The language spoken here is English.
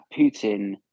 Putin